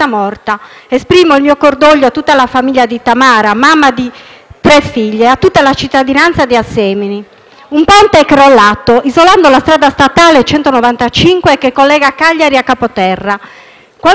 tre figlie e a tutta la cittadinanza di Assemini. Un ponte è crollato, isolando la strada statale 195, che collega Cagliari a Capoterra. Qualche chilometro prima, un tratto di strada ha ceduto, provocando una voragine,